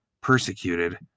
persecuted